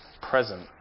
present